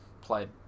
played